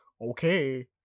okay